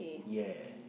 ya